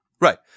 Right